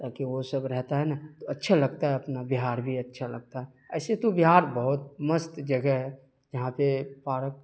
تاکہ وہ سب رہتا ہے نا تو اچھا لگتا ہے اپنا بہار بھی اچھا لگتا ایسے تو بہار بہت مست جگہ ہے یہاں پہ پارک